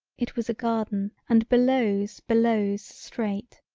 it was a garden and belows belows straight.